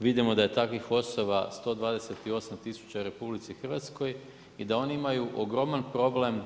Vidimo da je takvih osoba 128000 u RH i da oni imaju ogroman problem